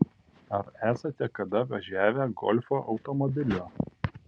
ar esate kada važiavę golfo automobiliu